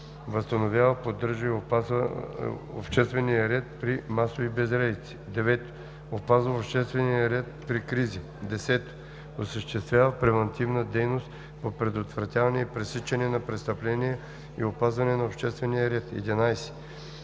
възстановява, поддържа и опазва обществения ред при масови безредици; 9. опазва обществения ред при кризи; 10. осъществява превантивна дейност по предотвратяване и пресичане на престъпления и опазване на обществения ред; 11.